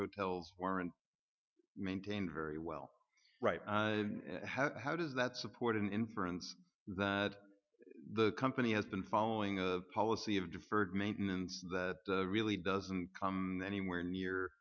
hotels aren't maintained very well right and have how does that support an inference that the company has been following a policy of deferred maintenance that really doesn't anywhere near